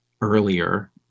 earlier